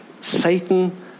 Satan